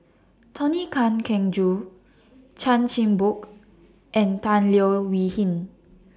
Tony Can Keng Joo Chan Chin Bock and Tan Leo Wee Hin